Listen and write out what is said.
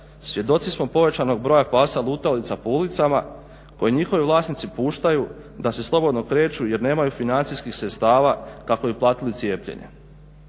svjedoci smo povećanog broja pasa lutalica po ulicama koje njihovi vlasnici puštaju da se slobodno kreću jer nemaju financijskih sredstava kako bi platili cijepljenje.